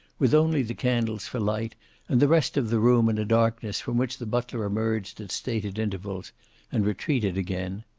with only the candles for light and the rest of the room in a darkness from which the butler emerged at stated intervals and retreated again,